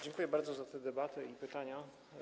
Dziękuję bardzo za tę debatę i pytania.